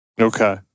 Okay